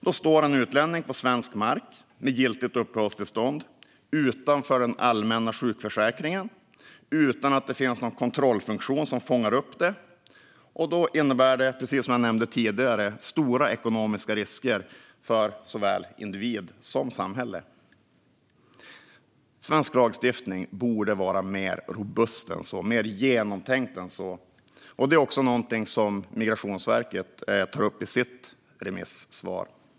Då står en utlänning på svensk mark med giltigt uppehållstillstånd, utanför den allmänna sjukförsäkringen och utan att det finns någon kontrollfunktion som fångar upp detta. Det innebär, som jag nämnde tidigare, stora ekonomiska risker för såväl individ som samhälle. Svensk lagstiftning borde vara mer robust och mer genomtänkt än så här. Det är någonting som även Migrationsverket tar upp i sitt remissvar.